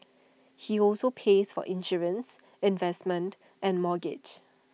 he also pays for insurance investments and mortgage